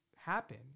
happen